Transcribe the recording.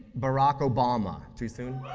barack obama. too soon?